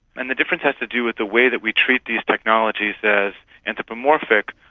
and the difference has to do with the way that we treat these technologies as anthropomorphic,